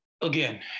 again